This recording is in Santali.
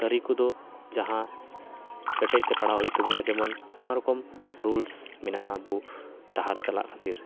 ᱛᱟᱹᱨᱤ ᱠᱚᱫᱚ ᱡᱟᱦᱟᱸ ᱠᱮᱴᱮᱡᱛᱮ ᱯᱟᱲᱟᱣ ᱦᱩᱭᱩᱜ ᱛᱟᱵᱚᱱᱟ ᱡᱮᱢᱚᱱ ᱟᱭᱢᱟ ᱨᱚᱠᱚᱢ ᱨᱩᱞᱥ ᱢᱮᱱᱟᱜᱼᱟ ᱟᱵᱚ ᱰᱟᱦᱟᱨ ᱨᱮ ᱪᱟᱞᱟᱜ ᱠᱷᱟᱹᱛᱤᱨ